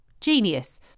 Genius